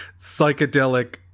psychedelic